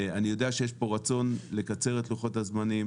אני יודע שיש פה רצון לקצר את לוחות הזמנים,